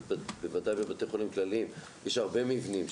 בוודאי בבתי חולים כלליים יש הרבה מבנים,